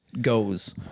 goes